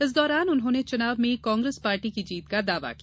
इस दौरान उन्होंने चुनाव में कांग्रेस पार्टी की जीत का दावा किया